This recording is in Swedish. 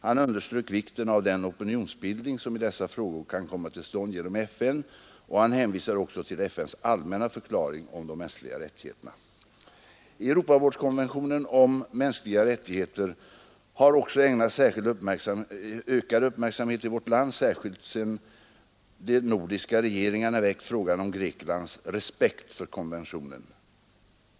Han underströk vikten av den opinionsbildning som i dessa frågor kan komma till stånd genom FN, och han hänvisade också till FN:s allmänna förklaring om de mänskliga rättigheterna. Europarådskonventionen om mänskliga rättigheter har också ägnats ökad uppmärksamhet i vårt land, särskilt sedan de nordiska regeringarna väckt frågan om Greklands respekt för konventionen.